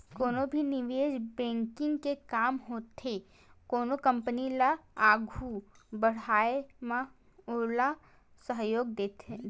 कोनो भी निवेस बेंकिग के काम होथे कोनो कंपनी ल आघू बड़हाय म ओला सहयोग देना